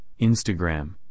Instagram